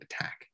attack